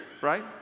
right